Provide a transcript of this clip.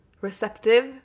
receptive